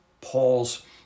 Paul's